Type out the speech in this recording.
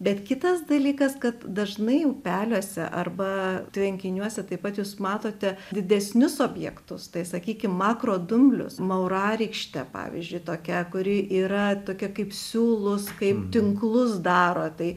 bet kitas dalykas kad dažnai upeliuose arba tvenkiniuose taip pat jūs matote didesnius objektus tai sakykim makrodumblius maurarykštę pavyzdžiui tokia kuri yra tokia kaip siūlus kaip tinklus daro tai